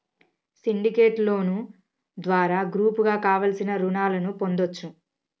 syndicate loan ద్వారా గ్రూపుగా కావలసిన రుణాలను పొందొచ్చు